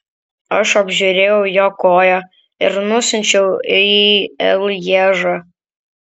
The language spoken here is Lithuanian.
aš apžiūrėjau jo koją ir nusiunčiau į lježą